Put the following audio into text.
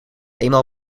eenmaal